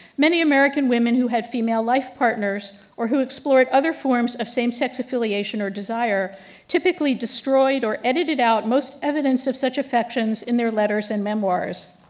many american women who had female life partners or who explored other forms of same-sex affiliation or desire typically destroyed or edited out most evidence of such infections in their letters and memoirs.